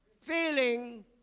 feeling